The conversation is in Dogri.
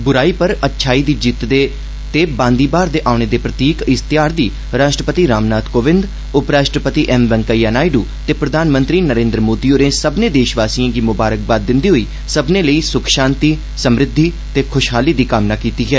बुराई पर अच्छाई दी जित्त ते बांदी बहार दे औने दे प्रतीक इस ध्यार दी राश्ट्रपति रामनाथ कोविंद उपराश्ट्रपति एम वैंकइयां नायडू ते प्रधानमंत्री नरेन्द्र मोदी होरें सब्यने देषवासिए गी ममारकबाद दिंदे होई सब्नने लेई सुख पांति समृद्धि ते खुषहाली दी कामनो कीती ऐ